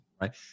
Right